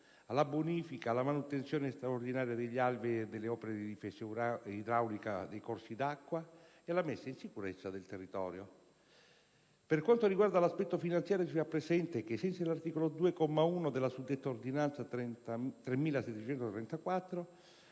alla bonifica, alla manutenzione straordinaria degli alvei e delle opere di difesa idraulica dei corsi d'acqua e alla messa in sicurezza del territorio. Per quanto riguarda l'aspetto finanziario si fa presente che, ai sensi dell'articolo 2, comma 1 della suddetta ordinanza n. 3734,